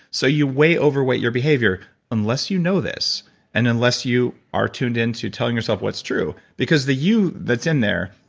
so you overweight your behavior unless you know this and unless you are tuned in to telling yourself what's true because the you that's in there,